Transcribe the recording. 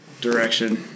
direction